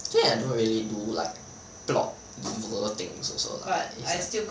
!yay! don't really do like plot loser things also lah is like